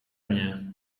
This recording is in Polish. mnie